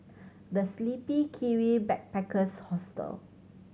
The Sleepy Kiwi Backpackers Hostel